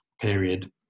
period